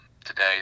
today